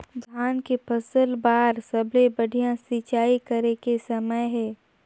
धान के फसल बार सबले बढ़िया सिंचाई करे के समय हे?